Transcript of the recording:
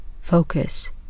Focus